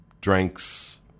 drinks